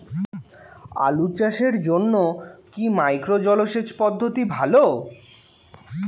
আলু চাষের জন্য কি মাইক্রো জলসেচ পদ্ধতি ভালো?